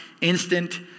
instant